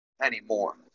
anymore